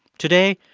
today,